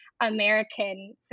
American